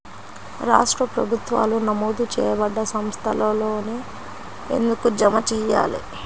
రాష్ట్ర ప్రభుత్వాలు నమోదు చేయబడ్డ సంస్థలలోనే ఎందుకు జమ చెయ్యాలి?